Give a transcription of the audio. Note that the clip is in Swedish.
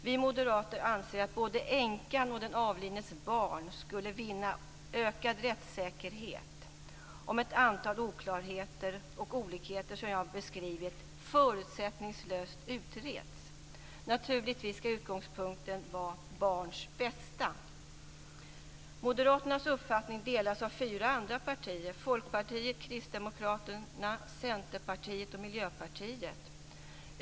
Vi moderater anser att både änkan och den avlidnes barn skulle vinna ökad rättssäkerhet om ett antal av de oklarheter och olikheter som jag beskrivit förutsättningslöst utreds. Naturligtvis skall utgångspunkten vara barns bästa. Moderaternas uppfattning delas av fyra andra partier: Folkpartiet, Kristdemokraterna, Centerpartiet och Miljöpartiet.